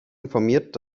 informiert